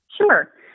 Sure